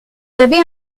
avez